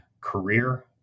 career